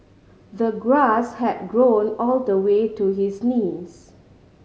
the grass had grown all the way to his knees